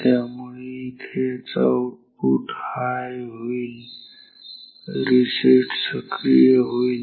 त्यामुळे इथे याचं आऊटपुट हाय होईल रिसेट सक्रिय होईल